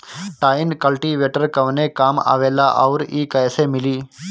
Tine cultivator कवने काम आवेला आउर इ कैसे मिली?